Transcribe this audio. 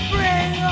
Bring